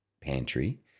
pantry